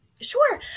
Sure